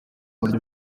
buryo